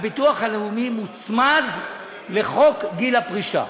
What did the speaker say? הביטוח הלאומי מוצמד לחוק גיל הפרישה.